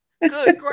Good